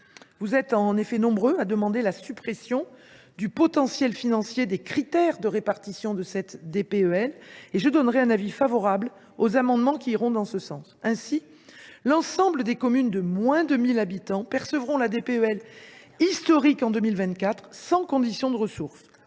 Vous êtes nombreux à demander la suppression du potentiel financier des critères de répartition de la DPEL et je serai favorable aux amendements allant dans ce sens. Très bien ! Ainsi, l’ensemble des communes de moins de 1 000 habitants percevront la DPEL historique en 2024 sans condition de ressources.